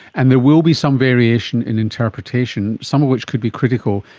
and there will be some variation in interpretation, some of which could be critical,